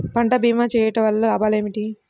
పంట భీమా చేయుటవల్ల లాభాలు ఏమిటి?